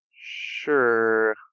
Sure